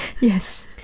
Yes